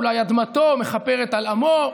אולי אדמתו מכפרת על עמו?